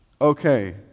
Okay